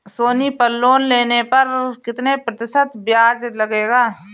सोनी पल लोन लेने पर कितने प्रतिशत ब्याज लगेगा?